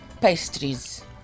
pastries